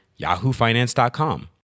yahoofinance.com